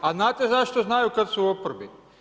A znate zašto znaju kada su u oporbi?